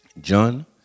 John